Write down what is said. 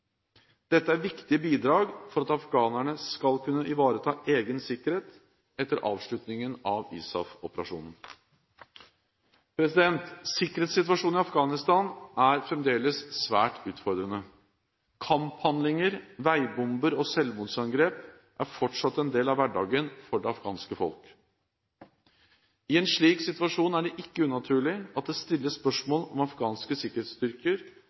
Dette er et viktig bidrag for at afghanerne skal kunne ivareta egen sikkerhet etter avslutningen av ISAF-operasjonen. Sikkerhetssituasjonen i Afghanistan er fremdeles svært utfordrende. Kamphandlinger, veibomber og selvmordsangrep er fortsatt en del av hverdagen for det afghanske folk. I en slik situasjon er det ikke unaturlig at det stilles spørsmål om afghanske sikkerhetsstyrker